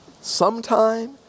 sometime